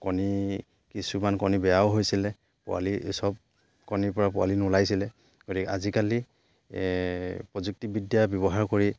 কণী কিছুমান কণী বেয়াও হৈছিলে পোৱালি এই সব কণীৰ পৰা পোৱালি নোলাইছিলে গতিকে আজিকালি প্ৰযুক্তিবিদ্যা ব্যৱহাৰ কৰি